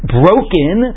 broken